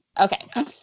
Okay